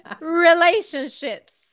Relationships